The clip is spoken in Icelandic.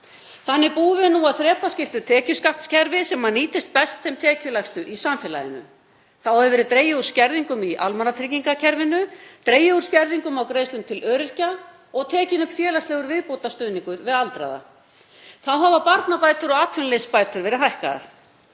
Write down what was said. Þannig búum við nú að þrepaskiptu tekjuskattskerfi sem nýtist best þeim tekjulægstu í samfélaginu. Þá hefur verið dregið úr skerðingum í almannatryggingakerfinu, dregið úr skerðingum á greiðslum til öryrkja og tekinn upp félagslegur viðbótarstuðningur við aldraða. Þá hafa barnabætur og atvinnuleysisbætur verið hækkaðar.